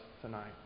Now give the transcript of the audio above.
tonight